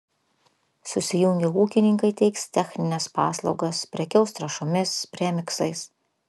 susijungę ūkininkai teiks technines paslaugas prekiaus trąšomis premiksais